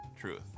truth